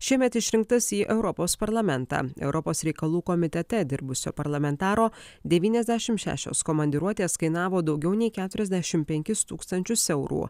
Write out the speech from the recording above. šiemet išrinktas į europos parlamentą europos reikalų komitete dirbusio parlamentaro devyniasdešim šešios komandiruotės kainavo daugiau nei keturiasdešim penkis tūkstančius eurų